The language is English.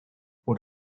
what